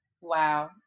Wow